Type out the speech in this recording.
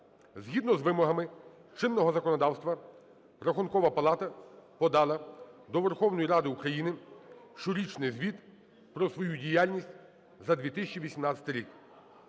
Згідно з вимогами чинного законодавства Рахункова палата подала до Верховної Ради України щорічний звіт про свою діяльність за 2018 рік.